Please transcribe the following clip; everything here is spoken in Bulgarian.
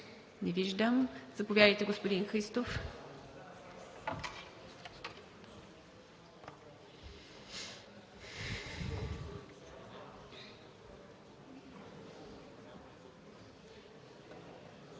Не виждам. Заповядайте, господин Христов.